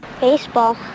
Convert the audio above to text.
Baseball